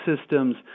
systems